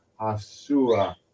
Asua